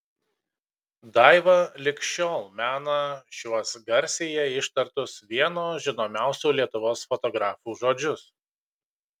daiva lig šiol mena šiuos garsiai jai ištartus vieno žinomiausių lietuvos fotografų žodžius